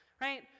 right